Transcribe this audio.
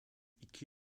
iki